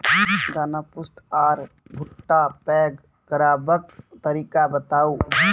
दाना पुष्ट आर भूट्टा पैग करबाक तरीका बताऊ?